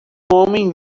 homem